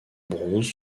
bronze